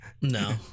No